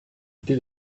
dès